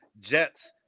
Jets